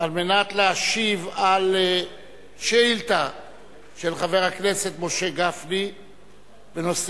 על מנת להשיב על שאילתא של חבר הכנסת משה גפני בנושא: